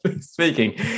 speaking